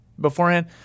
beforehand